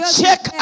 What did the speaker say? check